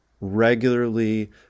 regularly